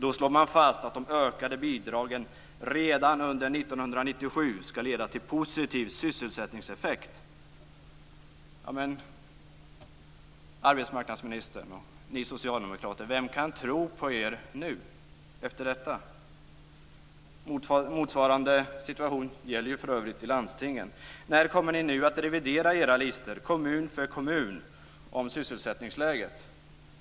Där slår man fast att de ökade bidragen redan under 1997 skall leda till en positiv sysselsättningseffekt. Arbetsmarknadsministern, och ni socialdemokrater: Vem kan tro på er nu efter detta? Motsvarande situation gäller för övrigt i landstingen. När kommer ni att revidera era listor kommun för kommun om sysselsättningsläget?